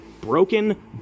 broken